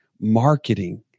marketing